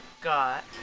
got